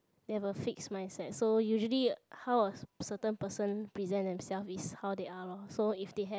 they have a fixed mindset so usually how a certain person present themselves is how they are loh so if they have